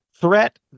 threat